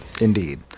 Indeed